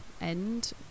end